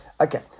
Okay